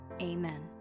Amen